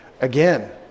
Again